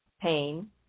pain